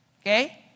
Okay